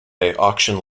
auction